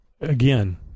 again